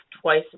twice